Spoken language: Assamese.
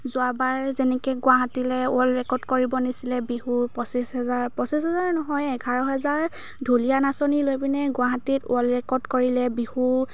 যোৱাবাৰ যেনেকৈ গুৱাহাটীলৈ ওৱৰ্ল্ড ৰেকৰ্ড কৰিব নিছিলে বিহু পঁচিছ হেজাৰ পঁচিছ হেজাৰ নহয় এঘাৰ হেজাৰ ঢুলীয়া নাচনী লৈ পিনে গুৱাহাটীত ওৱৰ্ল্ড ৰেকৰ্ড কৰিলে বিহু